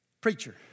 preacher